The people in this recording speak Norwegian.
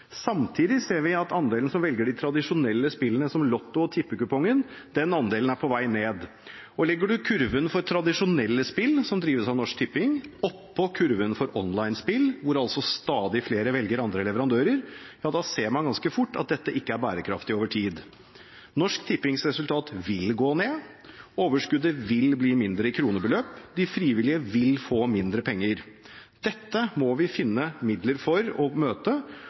Samtidig ser vi at andelen som velger de tradisjonelle spillene som Lotto og tippekupongen, er på vei ned. Legger man kurven for tradisjonelle spill som drives av Norsk Tipping, oppå kurven for online-spill, hvor altså stadig flere velger andre leverandører, ser man ganske fort at dette ikke er bærekraftig over tid. Norsk Tippings resultat vil gå ned, overskuddet vil bli mindre i kronebeløp, de frivillige vil få mindre penger. Dette må vi finne midler for og møte,